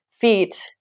Feet